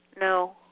No